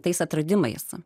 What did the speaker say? tais atradimais